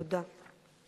תודה.